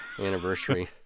anniversary